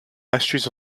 mysteries